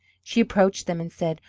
she approached them and said,